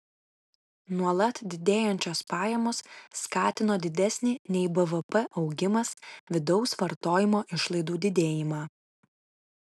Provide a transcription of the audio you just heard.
nuolat didėjančios pajamos skatino didesnį nei bvp augimas vidaus vartojimo išlaidų didėjimą